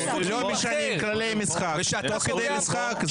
לא משנים כללי משחק תוך כדי משחק.